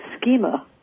schema